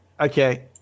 Okay